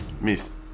miss